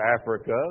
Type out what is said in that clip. Africa